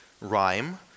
rhyme